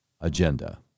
agenda